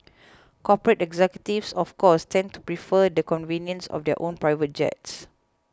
corporate executives of course tend to prefer the convenience of their own private jets